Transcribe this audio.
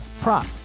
prop